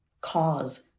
cause